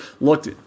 looked